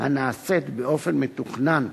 הנעשית באופן מתוכנן